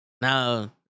Now